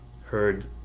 heard